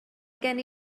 gen